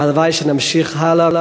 הלוואי שנמשיך הלאה,